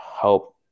help